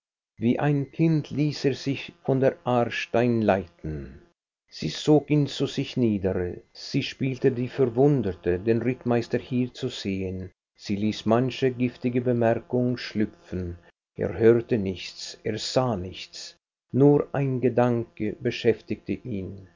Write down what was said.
wie ein kind ließ er sich von der aarstein leiten sie zog ihn zu sich nieder sie spielte die verwunderte den rittmeister hier zu sehen sie ließ manche giftige bemerkung schlüpfen er hörte nichts er sah nichts nur ein gedanke beschäftigte ihn